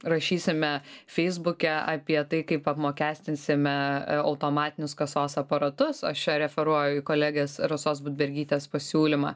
rašysime feisbuke apie tai kaip apmokestinsime automatinius kasos aparatus aš čia referuoju kolegės rasos budbergytės pasiūlymą